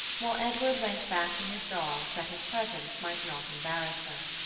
while edward went back to his dogs that his presence might not embarrass her.